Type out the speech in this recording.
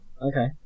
Okay